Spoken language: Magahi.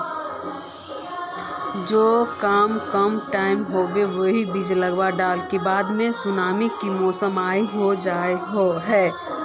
जो कम टाइम होये है वो बीज लगा डाला के बाद भी सुनामी के मौसम आ ही जाय है?